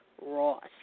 Ross